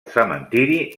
cementeri